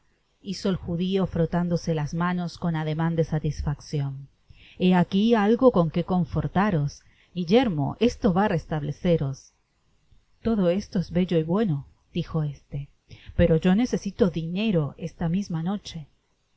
hio el judio frotándose las manos con ademan de satisfaccion he aqui algo con que confortaros guillermo esto vá á restableceros todo esto es bello y bueno dijo éste pero yo necesito dinero esta misma noche